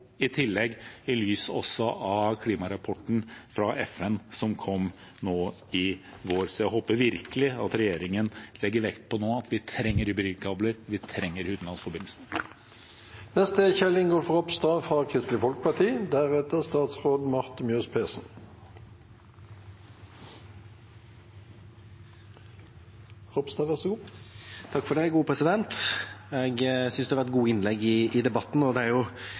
i tillegg – i lys av klimarapporten fra FN som kom nå i vår. Jeg håper virkelig at regjeringen nå legger vekt på at vi trenger hybridkabler, vi trenger utenlandsforbindelsen. Jeg synes det har vært gode innlegg i debatten. Det er egentlig slående at vi diskuterer mye annet enn akkurat den konkrete saken. Det er fordi det er en felles innstilling og viktig sak som kommer på plass, men den belyser det